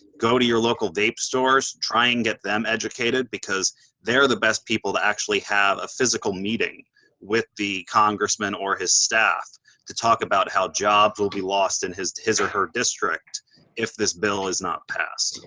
go to your local vape stores, try and get them educated because they're the best people to actually have a physical meeting with the congressman or his staff to talk about how jobs will be lost in his his or her district if this bill is not passed.